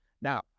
now